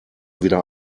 wieder